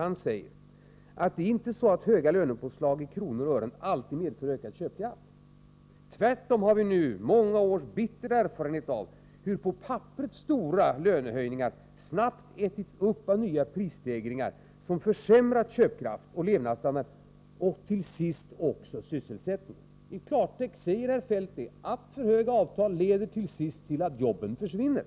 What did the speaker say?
Han säger att höga lönepåslag i kronor och ören inte alltid medför ökad köpkraft. Tvärtom har vi nu många års bitter erfarenhet av hur på papperet stora lönehöjningar snabbt har ätits upp av nya prisstegringar. Dessa har försämrat köpkraften, levnadsstandarden och till sist också sysselsättningen. Herr Feldt säger i klartext att alltför höga avtal till sist leder till att arbetstillfällena försvinner.